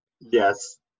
Yes